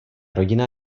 rodina